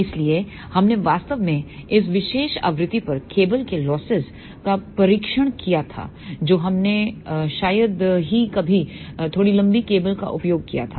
इसलिए हमने वास्तव में इस विशेष आवृत्ति पर केबल के लॉसेस LOSSES का परीक्षण किया था जो हमने शायद ही कभी थोड़ी लंबी केबल का उपयोग किया था